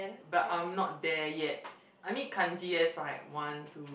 but I'm not there yet I mean Kanji as like one two